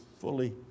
fully